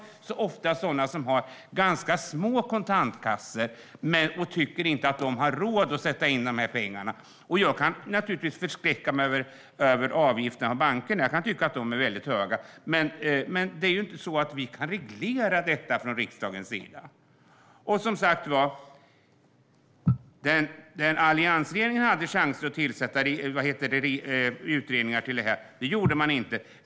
Det är ofta sådana som har ganska små kontantkassor och inte tycker att de har råd att sätta in pengarna. Jag kan naturligtvis bli förskräckt över avgifterna till bankerna - jag kan tycka att de är väldigt höga - men det är inte så att vi kan reglera detta från riksdagens sida. Alliansregeringen hade som sagt chanser att tillsätta utredningar om detta, men det gjorde man inte.